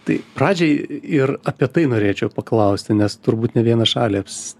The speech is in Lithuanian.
tai pradžiai ir apie tai norėčiau paklausti nes turbūt ne vieną šalį aps